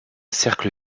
cercle